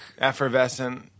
Effervescent